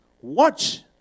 watch